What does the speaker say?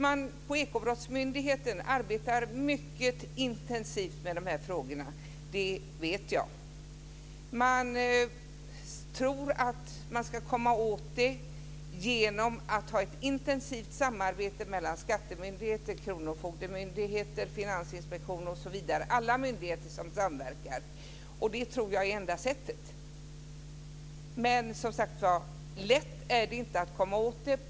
Man arbetar mycket intensivt med frågorna på Ekobrottsmyndigheten. Det vet jag. Man tror att man ska komma åt detta genom ett intensivt samarbete mellan skattemyndigheter, kronofogdemyndigheter, finansinspektion osv. Alla myndigheter ska samverka. Jag tror att det är det enda sättet. Det är inte lätt att komma åt detta.